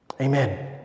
Amen